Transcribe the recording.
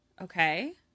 Okay